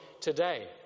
today